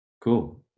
Cool